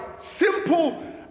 simple